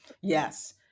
Yes